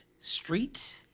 Street